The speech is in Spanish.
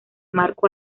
marco